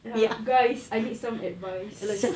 ah guys I need some advice